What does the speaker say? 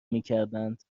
میکردند